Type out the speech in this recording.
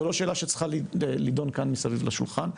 זה לא שאלה שצריכה לידון כאן מסביב לשולחן,